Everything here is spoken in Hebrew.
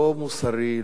לא מוסרי,